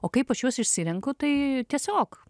o kaip aš juos išsirenku tai tiesiog